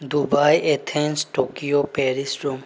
Dubai Athens Tokyo Paris Rome